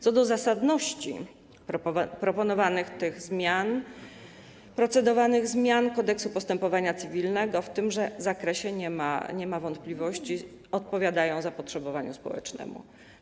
Co do zasadności proponowanych zmian, procedowanych zmian Kodeksu postępowania cywilnego w tymże zakresie nie ma wątpliwości, odpowiadają one zapotrzebowaniu społecznemu.